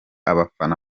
abafana